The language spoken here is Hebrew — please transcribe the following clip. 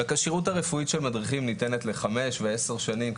הכשירות הרפואית של מדריכים ניתנת לחמש ועשר שנים,